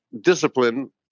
discipline